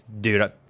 dude